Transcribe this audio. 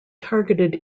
targeted